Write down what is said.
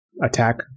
attack